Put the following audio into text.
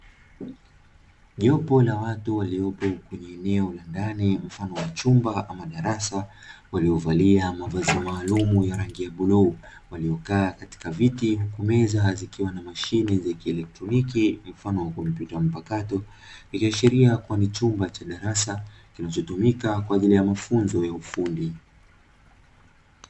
Jopo la watu waliopo katika eneo la ndani mfano wa chumba au darasa, waliovalia mavazi maalumu ya rangi ya bluu, waliokaa katika viti meza zikiwa na mashine za kielotroniki mfano wa komputa mpakato, ikiashiria ni chumba cha darasa kinachotumika kwa mafunzo ya ufundi.